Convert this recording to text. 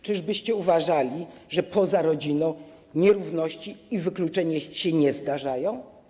Czyżbyście uważali, że poza rodziną nierówności i wykluczenia się nie zdarzają?